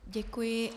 Děkuji.